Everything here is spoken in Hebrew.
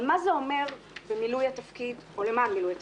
אבל מה זה אומר "במילוי התפקיד" או "למען מילוי התפקיד"?